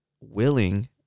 willing